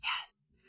Yes